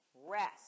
rest